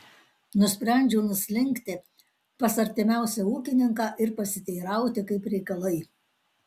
nusprendžiau nuslinkti pas artimiausią ūkininką ir pasiteirauti kaip reikalai